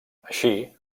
així